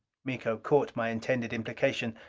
miko caught my intended implication.